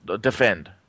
defend